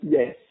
Yes